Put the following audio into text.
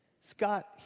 Scott